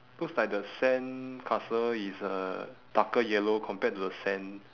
looks like the sandcastle is a darker yellow compared to the sand